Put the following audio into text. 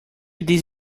this